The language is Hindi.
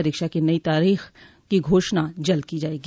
परीक्षा की नई तारीख की घोषणा जल्द की जायेगी